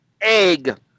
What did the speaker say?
egg